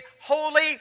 holy